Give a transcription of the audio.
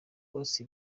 rwose